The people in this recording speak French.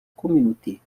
communauté